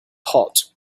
hot